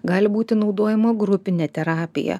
gali būti naudojama grupinė terapija